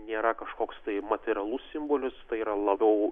nėra kažkoks tai materialus simbolis tai yra labiau